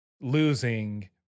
losing